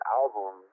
album